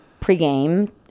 pregame